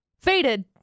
faded